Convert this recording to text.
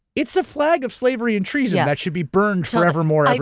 it's a flag of slavery and treason that should be burned forever more.